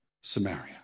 Samaria